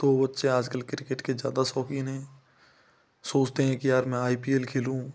तो बच्चे आजकल क्रिकेट के ज़्यादा शौकीन हैं सोचते हैं कि यार मैं आई पी एल खेलूँ